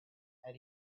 and